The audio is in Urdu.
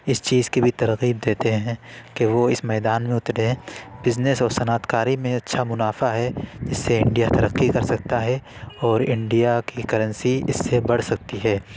اس چیز کی بھی ترغیب دیتے ہیں کہ وہ اس میدان میں اتریں بزنس اور صنعت کاری میں اچھا منافع ہے جس سے انڈیا ترقی کر سکتا ہے اور انڈیا کی کرنسی اس سے بڑھ سکتی ہے